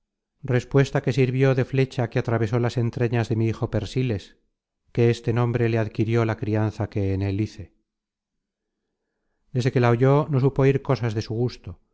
respuesta que sirvió de flecha que atravesó las entrañas de mi hijo persiles que este nombre le adquirió la crianza que en él hice desde que la oyó no supo oir cosas de su gusto